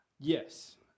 Yes